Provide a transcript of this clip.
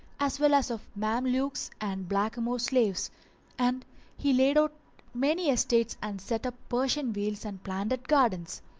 as well as of mamelukes and blackamoor slaves and he laid out many estates and set up persian wheels and planted gardens.